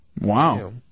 Wow